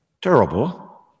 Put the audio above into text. terrible